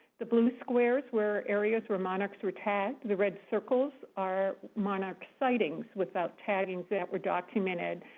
the blue squares where areas were monarchs were tagged. the red circles are monarch sightings without taggings that were documented.